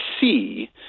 see